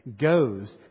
goes